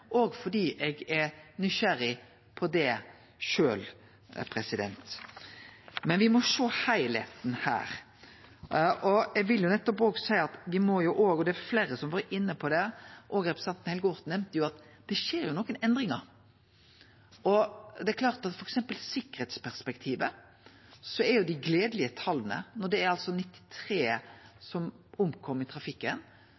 òg fordi eg er nysgjerrig på det sjølv. Men me må sjå heilskapen her. Eg vil seie – det har vore fleire som har vore inne på det, også representanten Helge Orten nemnde det – at det skjer jo nokre endringar. Når det gjeld f.eks. sikkerheitsperspektivet, er